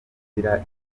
izira